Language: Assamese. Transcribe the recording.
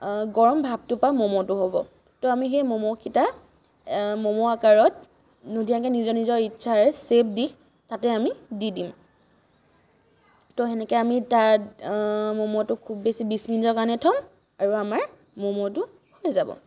গৰম ভাপটোৰ পৰা মমোটো হ'ব তো আমি সেই মমোকেইটা মমো আকাৰত ধুনীয়াকৈ নিজৰ নিজৰ ইচ্ছাৰে শ্বেপ দি তাতে আমি দি দিম তো সেনেকৈ আমি তাত মমোটো খুব বেছি বিছ মিনিটৰ কাৰণে থ'ম আৰু আমাৰ মমোটো হৈ যাব